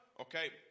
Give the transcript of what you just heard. Okay